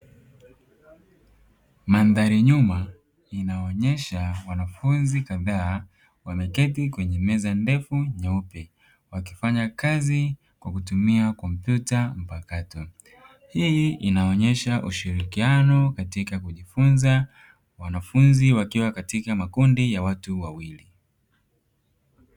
Mandhari nyuma inayoonyesha wanafunzi kadhaa wameketi kwenye meza ndefu nyeupe, wakifanya kazi kwa kutumia kompyuta mpakato. Hii inaonyesha ushirikiano katika kujifunza; wanafunzi wakiwa katika makundi ya watu mawili.